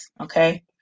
okay